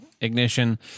ignition